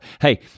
Hey